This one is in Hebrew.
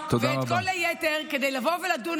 ואת כל היתר לבוא ולדון,